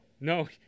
no